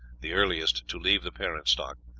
the earliest to leave the parent stock,